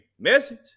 Message